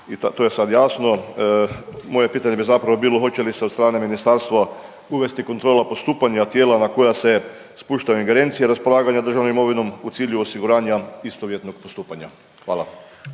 i to je sad jasno. Moje pitanje bi zapravo bilo, hoće li se od strane ministarstva uvesti kontrola postupanja tijela na koja se spuštaju ingerencije raspolaganja državnom imovinom u cilju osiguranja istovjetnog postupanja? Hvala.